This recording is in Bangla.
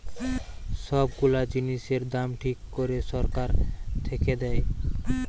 সব গুলা জিনিসের দাম ঠিক করে সরকার থেকে দেয়